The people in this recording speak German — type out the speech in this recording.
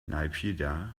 naypyidaw